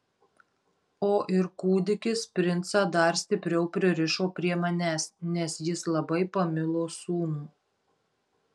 o ir kūdikis princą dar stipriau pririšo prie manęs nes jis labai pamilo sūnų